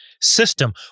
system